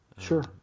Sure